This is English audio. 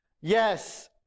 Yes